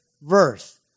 verse